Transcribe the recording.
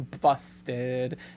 busted